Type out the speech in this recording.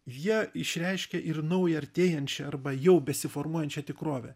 jie išreiškia ir naują artėjančią arba jau besiformuojančią tikrovę